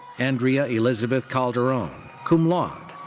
andrea elizabeth calderon, cum laude.